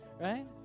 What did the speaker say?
right